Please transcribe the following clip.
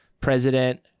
president